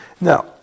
Now